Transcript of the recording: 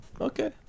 Okay